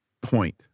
point